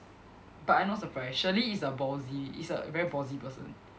but I not surprised Shirley is a ballsy is a very ballsy person